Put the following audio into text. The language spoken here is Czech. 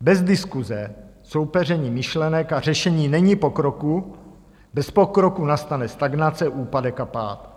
Bez diskuse, soupeření myšlenek a řešení není pokroku, bez pokroku nastane stagnace úpadek a pád.